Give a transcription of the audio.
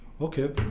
Okay